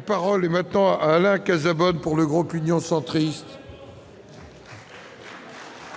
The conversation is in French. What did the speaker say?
parole est à M. Alain Cazabonne, pour le groupe Union Centriste.